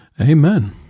Amen